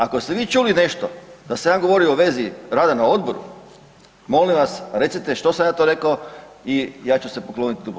Ako ste vi čuli nešto da sam ja govorio u vezi rada na Odboru, molim vas recite što sam ja to rekao i ja ću se pokloniti duboko.